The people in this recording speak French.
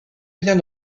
bien